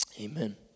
amen